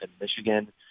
Michigan